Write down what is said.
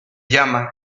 llaman